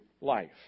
life